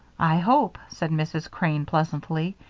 i hope, said mrs. crane, pleasantly,